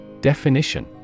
Definition